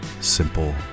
simple